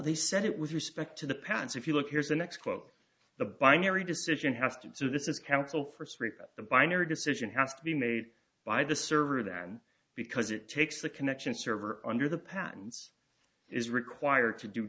they said it with respect to the patents if you look here's the next quote the binary decision has to do this is counsel for the binary decision has to be made by the server then because it takes the connection server under the patents is required to do